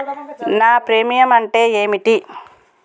నా ప్రీమియం అంటే ఏమిటి?